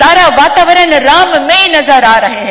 सारा वारावरण राममय नजर आ रहा है